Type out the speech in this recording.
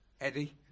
Eddie